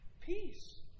Peace